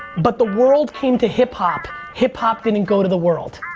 but the world came to hip hop, hip hop didn't and go to the world.